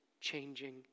changing